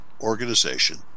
organization